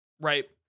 Right